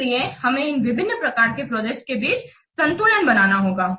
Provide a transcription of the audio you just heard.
इसलिए हमें इन विभिन्न प्रकार के प्रोजेक्ट के बीच संतुलन बनाना होगा